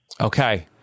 Okay